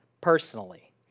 personally